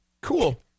Cool